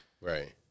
Right